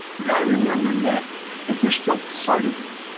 you've got to remember that that they're still part of you,